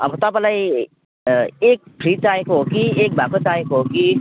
अब तपाईँलाई egg free चाहिएको हो कि एक भएको चाहिएको हो कि